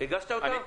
הגשת אותן?